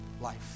life